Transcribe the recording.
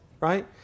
right